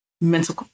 mental